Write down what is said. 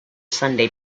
sunday